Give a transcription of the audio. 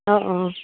অঁ অঁ